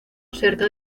cerca